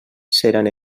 seran